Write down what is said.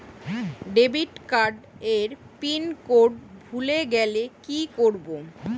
Debit card এর pin code ভুলে গেলে কি করব?